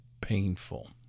painful